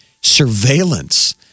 surveillance